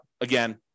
again